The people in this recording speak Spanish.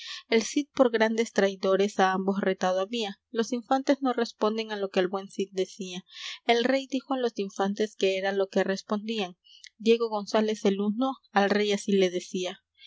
el cid por grandes traidores á ambos retado había los infantes no responden á lo que el buen cid decía el rey dijo á los infantes qué era lo que respondían diego gonzález el uno al rey así le decía